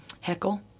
heckle